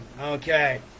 Okay